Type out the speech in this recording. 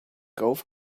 golf